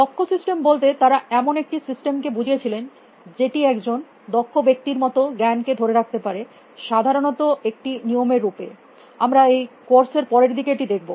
দক্ষ সিস্টেম বলতে তারা এমন একটি সিস্টেম কে বুঝিয়েছিলেন যেটি একজন দক্ষ ব্যক্তির মত জ্ঞানকে ধরে রাখতে পারে সাধারণত একটি নিয়মের রূপে আমরা এই কোর্স এর পরের দিকে এটি দেখব